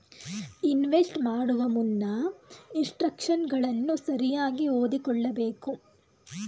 invest ಮಾಡುವ ಮುನ್ನ ಇನ್ಸ್ಟ್ರಕ್ಷನ್ಗಳನ್ನು ಸರಿಯಾಗಿ ಓದಿಕೊಳ್ಳಬೇಕು